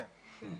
כן.